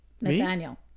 Nathaniel